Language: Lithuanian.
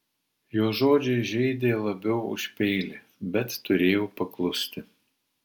jo žodžiai žeidė labiau už peilį bet turėjau paklusti